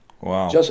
Wow